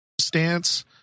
stance